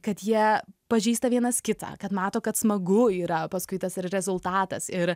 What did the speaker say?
kad jie pažįsta vienas kitą kad mato kad smagu yra paskui tas ir rezultatas ir